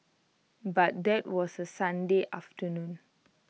but that was A Sunday afternoon